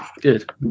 Good